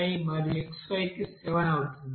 5 మరియు x5 కి 7 అవుతుంది